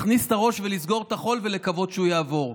להכניס את הראש ולסגור את החול ולקוות שהוא יעבור.